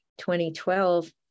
2012